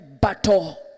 battle